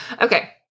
okay